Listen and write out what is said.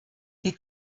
die